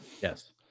Yes